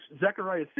Zechariah